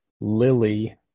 Lily